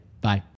Bye